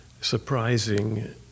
surprising